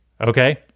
Okay